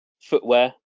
footwear